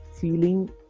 feeling